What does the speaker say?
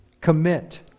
commit